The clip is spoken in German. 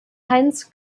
heinz